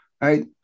right